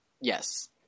yes